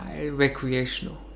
Recreational